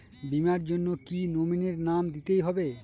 বীমার জন্য কি নমিনীর নাম দিতেই হবে?